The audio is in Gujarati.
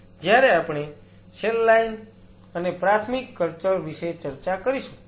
જ્યારે આપણે સેલ લાઈન અને પ્રાથમિક કલ્ચર વિશે ફરીથી ચર્ચા કરીશું